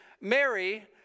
Mary